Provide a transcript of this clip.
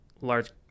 large